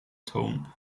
tone